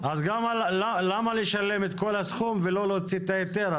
למה לשלם את כל הסכום ולא להוציא את ההיתר?